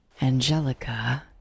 Angelica